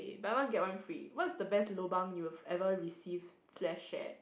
buy one get one free what is the best lobang you've ever received slash share